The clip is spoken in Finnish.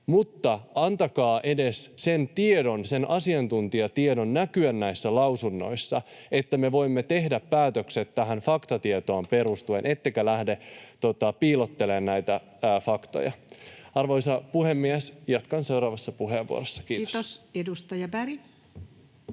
mutta antakaa edes sen asiantuntijatiedon näkyä näissä asiakirjoissa, niin että me voimme tehdä päätökset tähän faktatietoon perustuen, ettekä lähde piilottelemaan faktoja. — Arvoisa puhemies, jatkan seuraavassa puheenvuorossa. Kiitos. Kiitos. — Edustaja Berg.